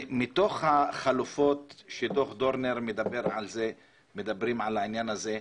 מתוך החלופות שדוח דורנר מדבר על העניין הזה,